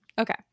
Okay